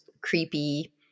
creepy